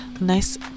nice